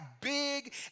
big